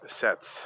sets